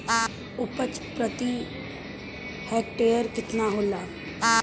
उपज प्रति हेक्टेयर केतना होला?